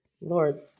lord